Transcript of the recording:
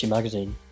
Magazine